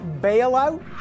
bailout